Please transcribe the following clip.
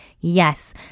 yes